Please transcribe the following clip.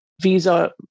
visa